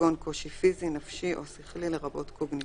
כגון קושי פיזי, נפשי או שכלי לרבות קוגניטיבי.